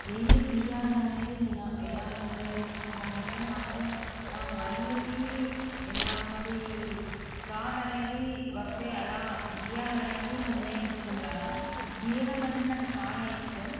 ఏమి గీయాలి అనేది నేను ఎలా నిర్ణయించుకుంటాను అంటే నాకు నా మైండ్కి ఎలాంటి థాట్ అనేది వస్తే అలా గీయాలి అనేది నేను నిర్ణయించుకుంటాను గీయడం అంటే నాకు చాలా ఇష్టం